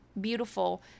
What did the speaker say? beautiful